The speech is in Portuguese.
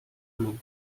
mão